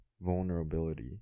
vulnerability